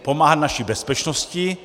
Pomáhat naší bezpečnosti.